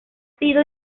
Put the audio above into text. sido